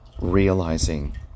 realizing